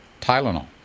Tylenol